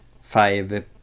five